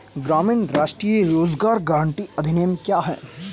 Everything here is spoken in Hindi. राष्ट्रीय ग्रामीण रोज़गार गारंटी अधिनियम क्या है?